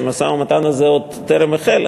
שהמשא-ומתן הזה טרם החל.